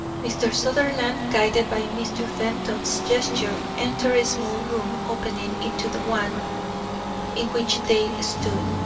mr. sutherland, guided by mr. fenton's gesture, entered a small room opening into the one in which they stood.